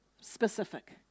specific